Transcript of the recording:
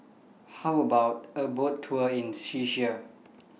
How about A Boat Tour in Czechia